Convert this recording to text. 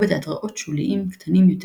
או בתיאטראות שוליים קטנים יותר,